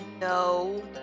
No